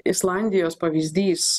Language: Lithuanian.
islandijos pavyzdys